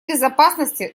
безопасности